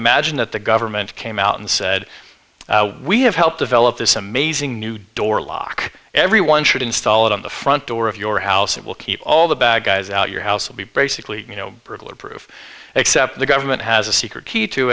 imagine that the government came out and said we have helped develop this amazing new door lock everyone should install it on the front door of your house it will keep all the bad guys out your house will be basically you know burglar proof except the government has a secret key to